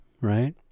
Right